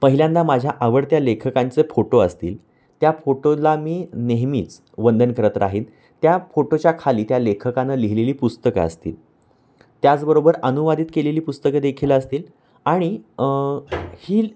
पहिल्यांदा माझ्या आवडत्या लेखकांचे फोटो असतील त्या फोटोला मी नेहमीच वंदन करत राहीन त्या फोटोच्या खाली त्या लेखकानं लिहिलेली पुस्तकं असतील त्याचबरोबर अनुवादित केलेली पुस्तकं देखील असतील आणि ही